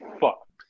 fucked